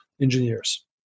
engineers